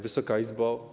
Wysoka Izbo!